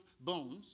bones